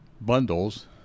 bundles